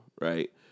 right